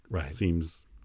seems